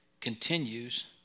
continues